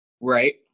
Right